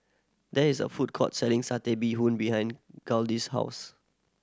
there is a food court selling Satay Bee Hoon behind Gladys' house